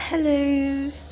Hello